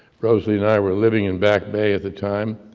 rosy and i were living in bat may at the time,